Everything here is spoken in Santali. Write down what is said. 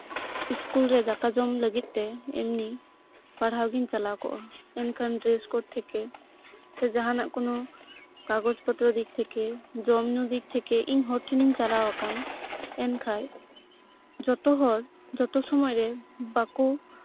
ᱤᱥᱠᱩᱞ ᱨᱮ ᱫᱟᱠᱟ ᱡᱚᱢ ᱞᱟᱹᱜᱤᱫᱛᱮ ᱮᱢᱱᱤ ᱯᱟᱲᱦᱟᱣ ᱜᱤᱧ ᱪᱟᱞᱟᱣ ᱠᱚᱜᱼᱟ ᱮᱱᱠᱷᱟᱱ ᱰᱨᱮᱥ ᱠᱚ ᱛᱷᱮᱠᱮ ᱥᱮ ᱡᱟᱦᱟᱱᱟᱜ ᱠᱳᱱᱳ ᱠᱟᱜᱚᱡᱽ ᱯᱚᱛᱨᱚ ᱫᱤᱠ ᱛᱷᱮᱠᱮ ᱡᱚᱢᱼᱧᱩ ᱫᱤᱠ ᱛᱷᱮᱠᱮ ᱤᱧᱦᱚᱸ ᱦᱚᱲ ᱴᱷᱮᱱᱤᱧ ᱪᱟᱞᱟᱣ ᱟᱠᱟᱱ ᱮᱱᱠᱷᱟᱡ ᱡᱚᱛᱚ ᱦᱚᱲ ᱡᱚᱛᱚ ᱥᱚᱢᱚᱭ ᱨᱮ ᱵᱟᱠᱚ